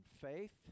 faith